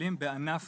שקלים בענף